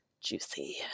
Juicy